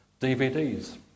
DVDs